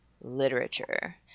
literature